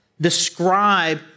describe